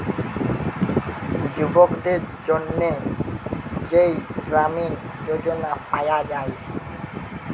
যুবকদের জন্যে যেই গ্রামীণ যোজনা পায়া যায়